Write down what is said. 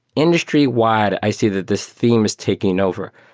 industry-wide, i see that this theme is taking over.